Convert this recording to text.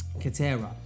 Katera